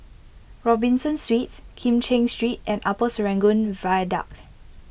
Robinson Suites Kim Cheng Street and Upper Serangoon Viaduct